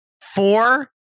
four